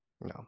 No